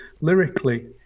lyrically